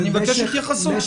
אני מבקש התייחסות לזה.